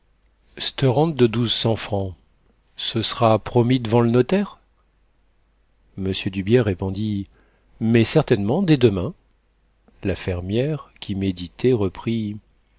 rente de douze cents francs ce s'ra promis d'vant l'notaire m d'hubières répondit mais certainement dès demain la fermière qui méditait reprit